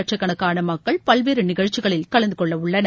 வட்சக்கணக்கான மக்கள் பல்வேறு நிகழ்ச்சிகளில் கலந்துகொள்ள உள்ளனர்